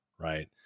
right